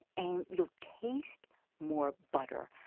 and you'll taste more butter,